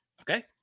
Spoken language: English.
Okay